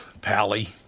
Pally